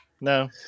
no